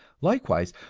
likewise,